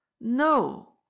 No